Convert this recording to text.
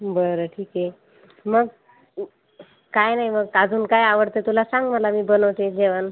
बरं ठीक आहे मग काय नाही गं का अजून काय आवडतं तुला सांग मला मी बनवते जेवण